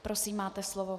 Prosím, máte slovo.